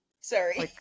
Sorry